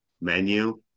menu